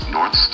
North